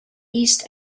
east